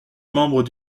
membre